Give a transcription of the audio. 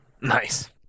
Nice